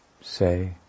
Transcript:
say